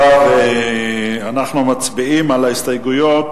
מצביעים על ההסתייגויות